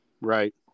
right